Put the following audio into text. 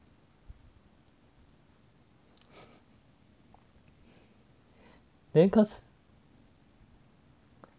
then cause